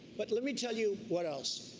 but let me tell you what else.